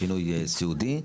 פינוי סיעודי,